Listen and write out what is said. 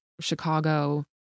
chicago